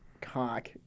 cock